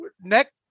next